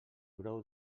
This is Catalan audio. brou